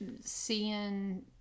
seeing